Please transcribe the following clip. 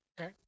Okay